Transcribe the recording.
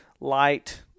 light